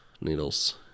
needles